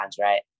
right